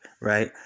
right